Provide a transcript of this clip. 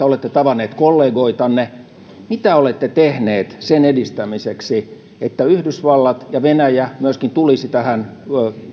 olette tavannut kollegoitanne mitä olette tehnyt sen edistämiseksi että myöskin yhdysvallat ja venäjä tulisivat tähän